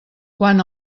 quan